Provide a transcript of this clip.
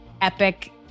epic